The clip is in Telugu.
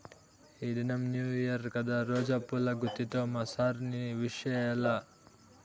ఈ దినం న్యూ ఇయర్ కదా రోజా పూల గుత్తితో మా సార్ ని విష్ చెయ్యాల్ల